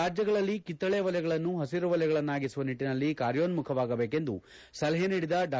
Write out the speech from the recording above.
ರಾಜ್ಯಗಳಲ್ಲಿ ಕಿತ್ತಳೆ ವಲಯಗಳನ್ನು ಹಸಿರುವಲಯಗಳನ್ನಾಗಿಸುವ ನಿಟ್ಟನಲ್ಲಿ ಕಾರ್ಯೋನ್ನುಖವಾಗಬೇಕೆಂದು ಸಲಹೆ ನೀಡಿದ ಡಾ